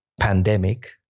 pandemic